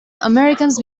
americans